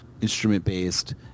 instrument-based